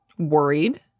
Worried